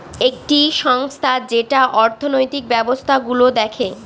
একটি সংস্থা যেটা অর্থনৈতিক ব্যবস্থা গুলো দেখে